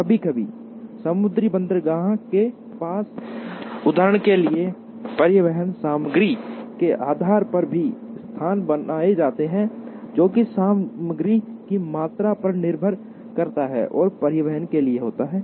कभी कभी समुद्री बंदरगाह के पास उदाहरण के लिए परिवहन सामग्री के आधार पर भी स्थान बनाए जाते हैं जो कि सामग्री की मात्रा पर निर्भर करता है और परिवहन के लिए होता है